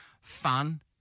fun